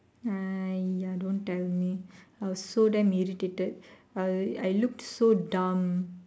!aiya! don't tell me I was so damn irritated I I looked so dumb